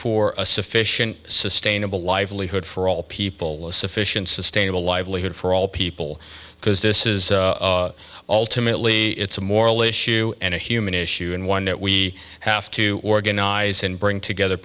for a sufficient sustainable livelihood for all people of sufficient sustainable livelihood for all people because this is all to meet lee it's a moral issue and a human issue and one that we have to organize and bring together